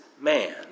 man